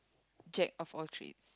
Jack of all trades